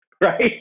Right